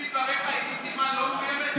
לפי דבריך, עידית סילמן לא מאוימת?